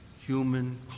human